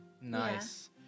Nice